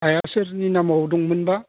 हाया सोरनि नामाव दंमोनबा